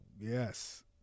Yes